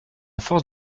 force